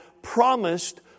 promised